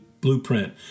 blueprint